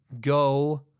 go